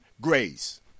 grace